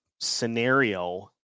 scenario